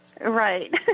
Right